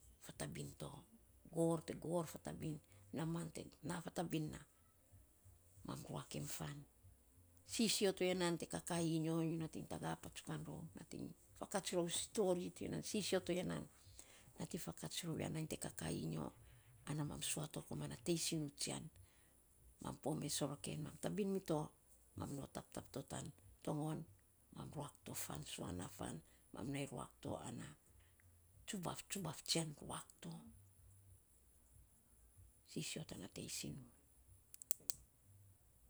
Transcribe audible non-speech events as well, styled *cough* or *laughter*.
*unintelligible* gorr te kor fatabin, namaan te na fatabin na mam ruak em faan, sisio to nainy te kakaii nyo, nyo nating tana patsukan rou nating fakats rou stori ti ya nan, sisio to ya nan, nating fakats rou ya nainy ta kakaii nyo ana mam sua komana tei sinu tsian, mam po me soroken, mam tabin mi to mam nom taptap to tan tongon mam ruak to faan. Sua na faan mam nai ruak to ana tsubaf, tsubaf tsian ruak to sisio tana tei sinu. *noise*